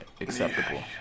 acceptable